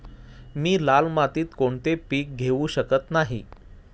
मी लाल मातीत कोणते पीक घेवू शकत नाही?